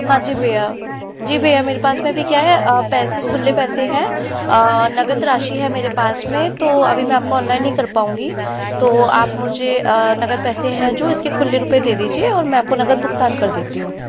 हाँ जी भैया जी भैया मेरे पास में अभी क्या है पैसे खुले पैसे है नकद राशि है मेरे पास में तो अभी मैं आपको ऑनलाइन नहीं कर पाऊँगी तो आप मुझे नकद पैसे है जो इसकी खुल्ले रुपये दे दीजिए और मैं आपको नकद भुगतान कर देती हूँ